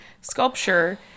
sculpture